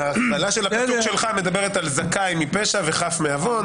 ההקבלה של הפסוק שלך מדברת על זכאי מפשע וחף מעוון.